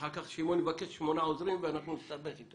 אחר כך שמעון יבקש שמונה עוזרים ואנחנו נסתבך.